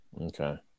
okay